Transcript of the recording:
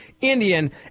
Indian